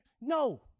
No